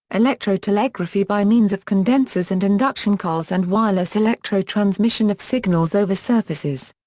electro telegraphy by means of condensers and induction colls and wireless electro transmission of signals over surfaces.